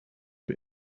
you